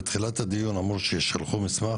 בתחילת הדיון אמרו ששלחו מסמך,